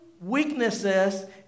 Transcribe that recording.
weaknesses